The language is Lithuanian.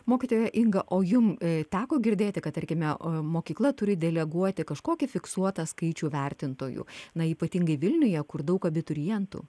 mokytoja inga o jum teko girdėti kad tarkime mokykla turi deleguoti kažkokį fiksuotą skaičių vertintojų na ypatingai vilniuje kur daug abiturientų